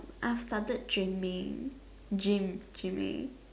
I started gymming gym~ gymming